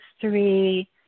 three